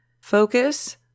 focus